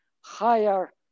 higher